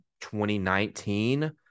2019